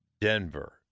Denver